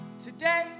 today